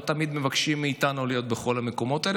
לא תמיד מבקשים מאיתנו להיות בכל המקומות האלה,